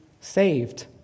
saved